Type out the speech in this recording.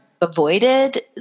avoided